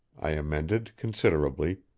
i amended considerately,